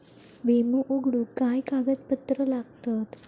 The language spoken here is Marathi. विमो उघडूक काय काय कागदपत्र लागतत?